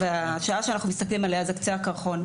והשעה שאנחנו מסתכלים עליה זה קצה הקרחון.